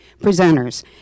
presenters